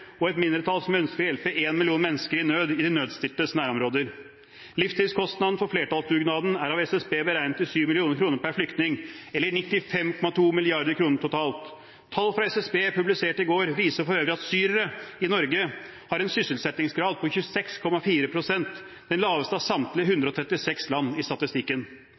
og et mindretall som ønsker å hjelpe 1 million mennesker i nød, i de nødstiltes nærområder. Livstidskostnaden for flertallsdugnaden er av SSB beregnet til 7 mill. kr per flyktning, eller 95,2 mrd. kr totalt. Tall fra SSB, publisert i går, viser for øvrig at syrere i Norge har en sysselsettingsgrad på 26,4 pst., den laveste av samtlige 136 land i statistikken.